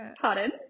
pardon